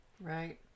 Right